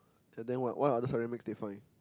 yeah then what what other ceramics they find